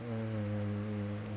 um